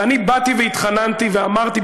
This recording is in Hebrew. ואני באתי והתחננתי ואמרתי,